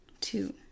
Two